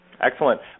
Excellent